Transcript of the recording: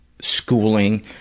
schooling